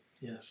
Yes